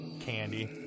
candy